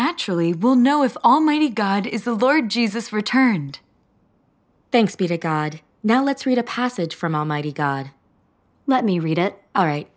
naturally will know if almighty god is the lord jesus returned thanks be to god now let's read a passage from almighty god let me read it aright